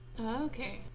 Okay